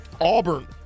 Auburn